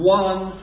one